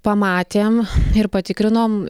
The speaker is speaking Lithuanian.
pamatėm ir patikrinom